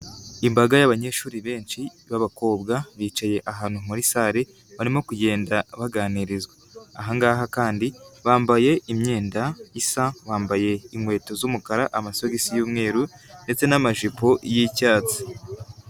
Imbaga y'abanyeshuri benshi b'abakobwa, bicaye ahantu muri sale, barimo kugenda baganirizwa, aha ngaha kandi bambaye imyenda isa, bambaye inkweto z'umukara, amasogisi y'umweru ndetse n'amajipo y'icyatsi.